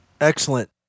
Excellent